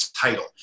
title